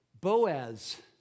Boaz